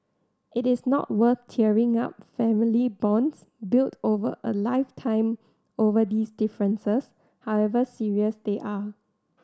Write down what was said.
it is not worth tearing up family bonds built over a lifetime over these differences however serious they are